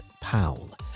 Powell